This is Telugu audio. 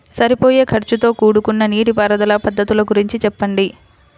సరిపోయే ఖర్చుతో కూడుకున్న నీటిపారుదల పద్ధతుల గురించి చెప్పండి?